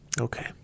Okay